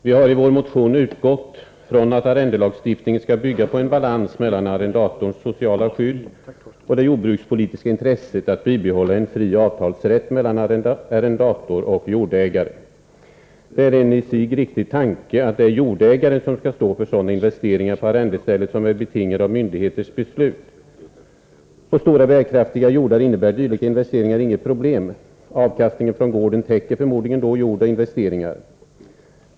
Vi har i vår motion utgått från att arrendelagstiftningen skall bygga på en balans mellan arrendatorns sociala skydd och det jordbrukspolitiska intresset att bibehålla en fri avtalsrätt mellan arrendator och jordägare. Det är en i sig riktig tanke att det är jordägaren som skall stå för sådana investeringar på arrendestället som är betingade av myndigheters beslut. På stora bärkraftiga jordar innebär dylika investeringar inget problem. Avkastningen från gården täcker förmodligen då gjorda investeringar.